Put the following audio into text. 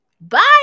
Bye